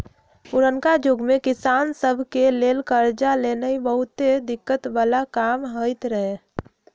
पुरनका जुग में किसान सभ के लेल करजा लेनाइ बहुते दिक्कत् बला काम होइत रहै